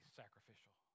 sacrificial